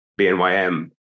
bnym